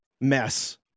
mess